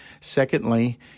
secondly